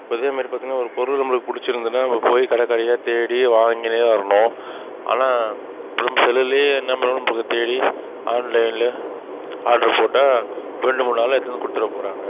இப்போ இதே மாதிரி பார்த்திங்கன்னா ஒரு பொருள் நம்மளுக்கு பிடிச்சுருந்துதுன்னா நம்ம போய் கடை கடையாக தேடி வாங்கினு வரணும் ஆனால் இப்போ நம்ம செல்லுலேயே நம்மளே நம்மளுக்கு தேடி ஆன்லைன்லேயே ஆர்டர் போட்டால் ரெண்டு மூணு நாளில் எடுத்துகிட்டு வந்து கொடுத்திட போகிறாங்க